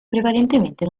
prevalentemente